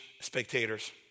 spectators